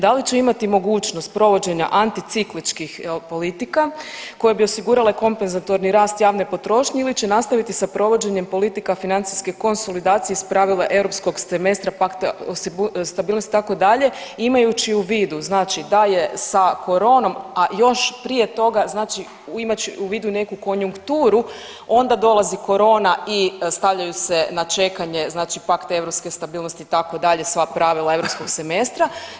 Da li će imati mogućnost provođenja anticikličkih jel politika koje bi osigurale kompezatorni rast javne potrošnje ili će nastaviti sa provođenjem politika financijske konsolidacije iz pravila Europskog semestra pakta o stabilnosti itd., imajući u vidu znači da je sa koronom, a još prije toga, znači imajući u vidu i neku konjukturu onda dolazi korona i stavljaju se na čekanje znači pakt te europske stabilnosti itd., sva pravila Europskog semestra.